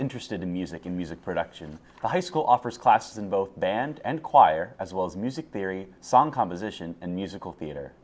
interested in music and music production of high school offers classes in both band and choir as well as music theory song composition and musical theater